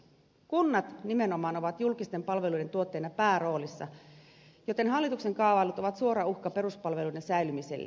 kunnat nimenomaan ovat julkisten palveluiden tuottajina pääroolissa joten hallituksen kaavailut ovat suora uhka peruspalveluiden säilymiselle